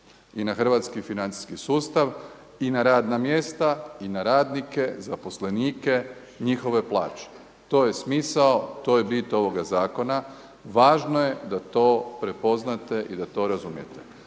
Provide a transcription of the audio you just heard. i na hrvatski financijski sustav i na radna mjesta i na radnike, zaposlenike, njihove plaće. To je smisao to je bit ovoga zakona, važno je da to prepoznate i da to razumijete.